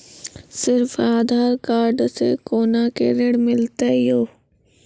सिर्फ आधार कार्ड से कोना के ऋण मिलते यो?